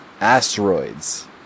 asteroids